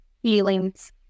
feelings